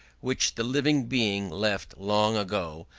which the living being left long ago,